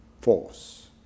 force